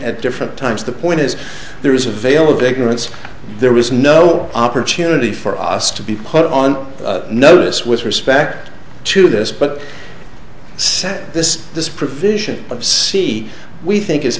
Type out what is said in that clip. at different times the point is there is a veil of ignorance there is no opportunity for us to be put on notice with respect to this but say this this provision of see we think is